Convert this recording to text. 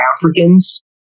Africans